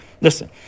Listen